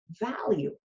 value